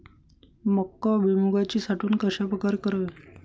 मका व भुईमूगाची साठवण कशाप्रकारे करावी?